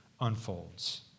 unfolds